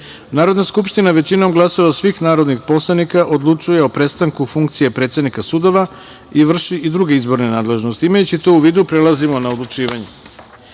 Narodna skupština većinom glasova svih narodnih poslanika odlučuje o prestanku funkcije predsednika sudova i vrši i druge izborne nadležnosti. Imajući to u vidu, prelazimo na odlučivanje. Jedanaesta